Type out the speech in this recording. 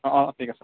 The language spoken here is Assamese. অ অ ঠিক আছে